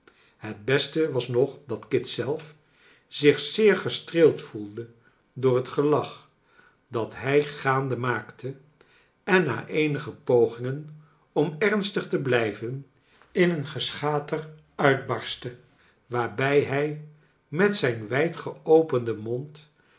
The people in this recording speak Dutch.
het beste was nog dat kit zelf zich zeer gestreeld voelde door het gelach dat hij gaande maakte en na eenige pogingen om ernstig te blijven in een geschater uitbarstte waarbij hij met zijn wijd geopenden mond